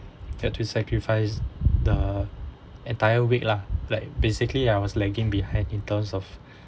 had to sacrifice the entire week lah like basically I was lagging behind in terms of